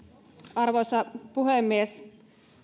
arvoisa puhemies